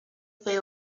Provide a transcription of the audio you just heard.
fue